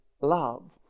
Love